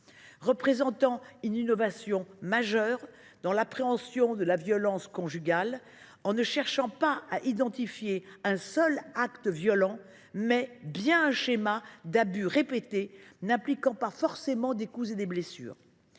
représente une innovation majeure dans l’appréhension de la violence conjugale, en cherchant à identifier non pas un seul acte violent, mais un schéma d’abus répétés, n’impliquant pas forcément de coups et blessures.